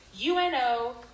UNO